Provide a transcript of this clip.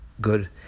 good